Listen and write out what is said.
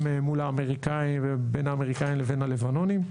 מול האמריקאים ובין האמריקאים לבין הלבנונים,